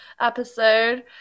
episode